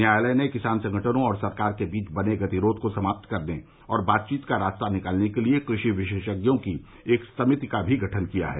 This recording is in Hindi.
न्यायालय ने किसान संगठनों और सरकार के बीच बने गतिरोध को समाप्त करने और बातचीत का रास्ता निकालने के लिए कृषि विशेषज्ञों की एक समिति का भी गठन किया है